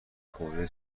خورده